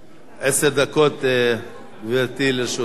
עשר דקות, גברתי, לרשותך.